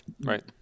Right